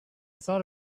thought